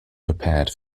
prepared